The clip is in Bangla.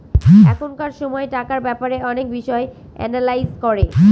এখনকার সময় টাকার ব্যাপারে অনেক বিষয় এনালাইজ করে